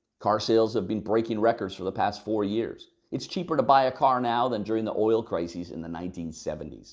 car sales have been breaking records for the past four years. it's cheaper to buy a car now than during the oil crises in the nineteen seventy s.